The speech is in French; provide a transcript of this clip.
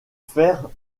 faire